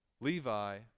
Levi